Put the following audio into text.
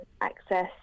access